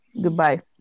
Goodbye